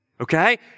Okay